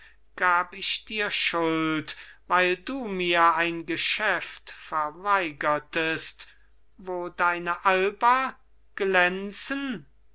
gab ich dir schuld weil du mir ein geschäft verweigertest wo deine alba glänzen